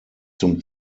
zum